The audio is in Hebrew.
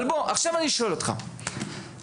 אני שואל אותך,